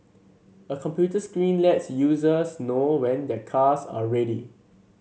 a computer screen lets users know when their cars are ready